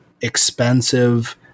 expensive